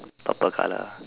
purple colour